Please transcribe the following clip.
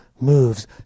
moves